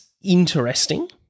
interesting